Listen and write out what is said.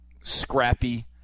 scrappy